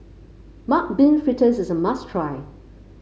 Mung Bean Fritters is a must try